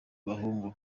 bahungu